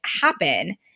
happen